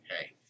hey